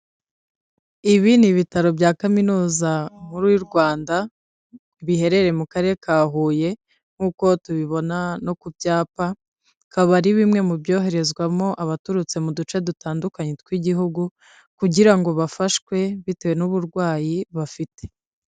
Ibi ni ibitaro bya kaminuza nkuru y'u Rwanda biherereye mu Karere ka Huye. Nk'uko tubibona no ku byapa, bikaba ari bimwe mu byoherezwamo abaturutse mu duce dutandukanye tw'Igihugu, kugira ngo bafashwe bitewe n'uburwayi bafite.